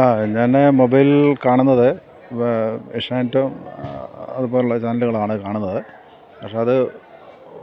ആ ഞാൻ മൊബൈൽ കാണുന്നത് ഏഷ്യാനെറ്റും അതുപോലെയുള്ള ചാനലുകളാണ് കാണുന്നത് പക്ഷെ അത്